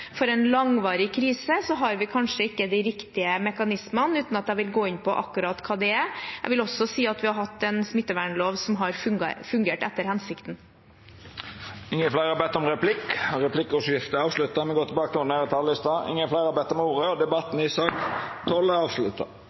jeg vil gå inn på akkurat hva det er. Jeg vil også si at vi har hatt en smittevernlov som har fungert etter hensikten. Replikkordskiftet er avslutta. Fleire har ikkje bedt om ordet til sak nr. 12. Etter ynske frå helse- og omsorgskomiteen vil presidenten ordna debatten slik: 3 minutt til